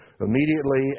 immediately